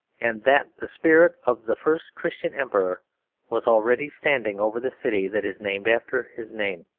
and that the spirit of the first christian emperor was already standing over the city that is named after his name.